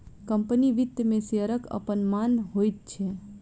company वित्त मे शेयरक अपन मान होइत छै